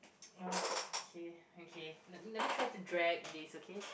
okay okay let let me try to drag this okay